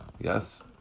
Yes